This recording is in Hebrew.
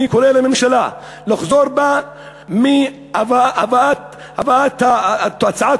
אני קורא לממשלה לחזור בה מהבאת הצעת